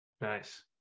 Nice